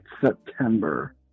September